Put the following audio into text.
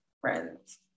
friends